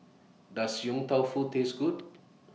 Does Yong Tau Foo Taste Good